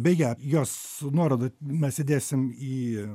beje jos nuorodų mes įdėsim į